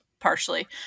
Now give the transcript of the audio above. partially